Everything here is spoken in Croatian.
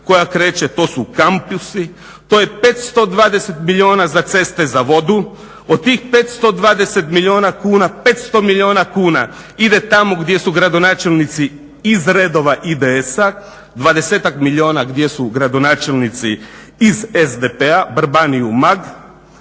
koja kreće, to su kampusi, to je 520 milijuna za ceste za vodu. Od tih 520 milijuna kuna, 500 milijuna kuna ide tamo gdje su gradonačelnici iz redova IDS-a, 20 milijuna gdje su gradonačelnici iz SDP-a, Vrbani, Umag,